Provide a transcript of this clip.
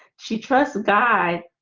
she trusts god